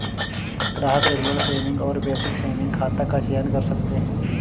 ग्राहक regular saving और basic saving खाता का चयन कर सकते है